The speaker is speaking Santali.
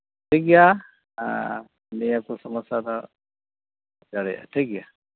ᱴᱷᱤᱠ ᱜᱮᱭᱟ ᱟᱨ ᱱᱤᱭᱟᱹᱠᱚ ᱥᱚᱢᱚᱥᱟ ᱫᱚ ᱦᱩᱭ ᱫᱟᱲᱮᱭᱟᱜᱼᱟ ᱴᱷᱤᱠ ᱜᱮᱭᱟ